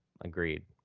agreed